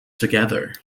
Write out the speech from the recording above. together